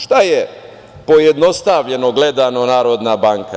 Šta je pojednostavljeno gledano Narodna banka?